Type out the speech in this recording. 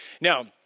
Now